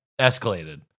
escalated